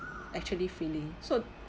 actually feeling so